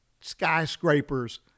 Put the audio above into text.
skyscrapers